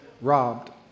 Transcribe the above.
robbed